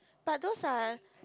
but those are